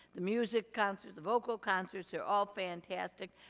the music concerts, the vocal concerts are all fantastic,